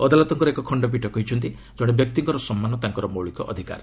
ଅଦାଲତଙ୍କର ଏକ ଖଶ୍ଚପୀଠ କହିଛନ୍ତି ଜଣେ ବ୍ୟକ୍ତିଙ୍କର ସମ୍ମାନ ତାଙ୍କର ମୌଳିକ ଅଧିକାର